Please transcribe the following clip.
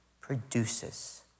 produces